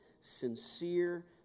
sincere